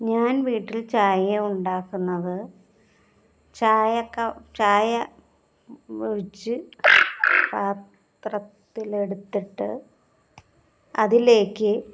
ഞാൻ വീട്ടിൽ ചായ ഉണ്ടാക്കുന്നത് ചായ ഒഴിച്ച് പാത്രത്തിലെടുത്തിട്ട് അതിലേയ്ക്ക്